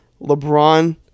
LeBron